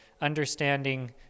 understanding